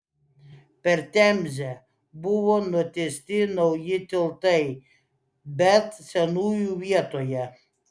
per temzę buvo nutiesti nauji tiltai bet senųjų vietoje